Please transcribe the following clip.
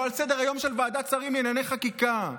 לא על סדר-היום של ועדת שרים לענייני חקיקה.